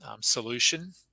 solution